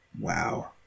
wow